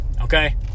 Okay